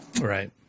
Right